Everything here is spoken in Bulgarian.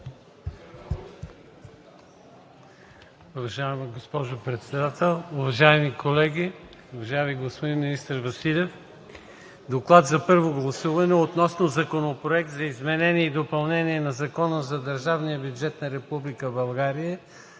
Уважаема госпожо Председател, уважаеми колеги, уважаеми господин министър Василев! „ДОКЛАД за първо гласуване относно Законопроект за изменение и допълнение на Закона за държавния бюджет на Република България